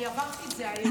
אני עברתי את זה היום.